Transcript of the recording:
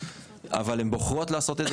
אבל הן בוחרות לעשות את זה,